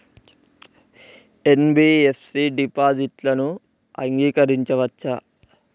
NBFC డిపాజిట్లను అంగీకరించవచ్చా?